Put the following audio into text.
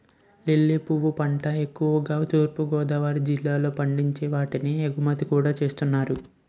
lily పువ్వుల పంట ఎక్కువుగా తూర్పు గోదావరి జిల్లాలో పండించి వాటిని ఎగుమతి కూడా చేస్తున్నారు